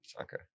okay